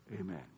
Amen